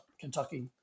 Kentucky